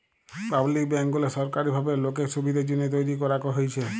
public bank গুলা সরকারি ভাবে লোকের সুবিধের জন্যহে তৈরী করাক হয়েছে